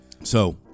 So-